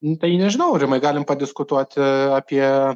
nu tai nežinau rimai galim padiskutuoti apie